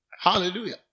Hallelujah